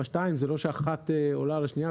זה לא שאחת עולה על השנייה,